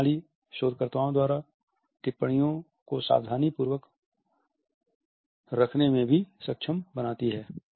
यह प्रणाली शोधकर्ताओं द्वारा टिप्पणियों को सावधानीपूर्वक रखने में भी सक्षम बनाती है